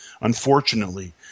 unfortunately